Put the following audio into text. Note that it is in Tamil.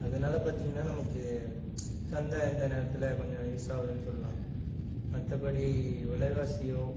அதனால பார்த்திங்கனா நமக்கு சந்தை இந்த நேரத்தில் கொஞ்சம் யூஸ் ஆகுதுன்னு சொல்லலாம் மற்றபடி விலைவாசியோ